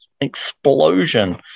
explosion